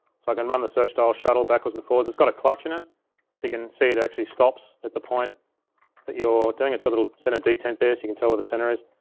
so i can run the search dial, shuttle backwards and forwards. it's got a clutch in it you can see, it actually stops at the point that you're doing. it's got a little center detent there so you can tell where the center is.